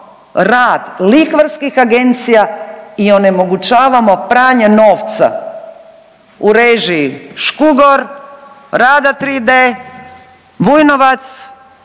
rad lihvarskih agencija i onemogućavamo pranje novca u režiji Škugor Rada 3D, Vujnovac,